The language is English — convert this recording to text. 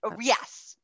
Yes